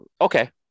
okay